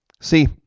see